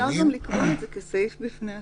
מה --- אפשר לקבוע את זה כסעיף בפני עצמו,